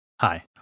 Hi